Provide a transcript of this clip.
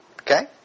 Okay